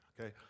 Okay